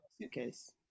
suitcase